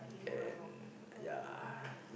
and ya